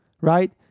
right